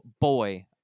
boy